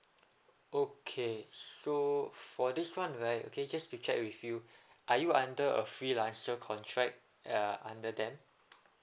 okay so for this one right okay just to check with you are you under a freelancer contract ah under them